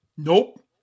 Nope